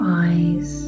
eyes